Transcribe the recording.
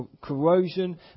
corrosion